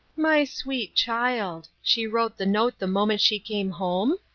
my sweet child! she wrote the note the moment she came home?